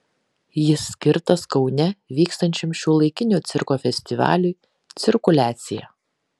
jis skirtas kaune vykstančiam šiuolaikinio cirko festivaliui cirkuliacija